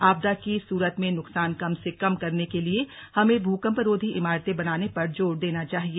आपदा की सूरत में नुकसान कम से कम करने के लिए हमें भूकंपरोधी इमारतें बनाने पर जोर देना चाहिए